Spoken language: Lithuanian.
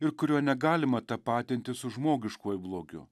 ir kurio negalima tapatinti su žmogiškuoju blogiu